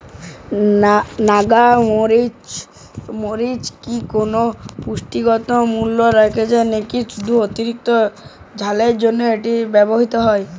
নাগা মরিচে কি কোনো পুষ্টিগত মূল্য রয়েছে নাকি শুধু অতিরিক্ত ঝালের জন্য এটি ব্যবহৃত হয়?